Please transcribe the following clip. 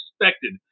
expected